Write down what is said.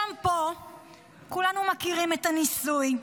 גם פה כולנו מכירים את הניסוי.